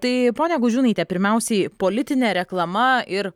tai ponia gudžiūnaite pirmiausiai politinė reklama ir